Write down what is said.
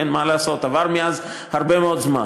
מה לעשות, עבר מאז הרבה מאוד זמן.